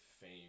fame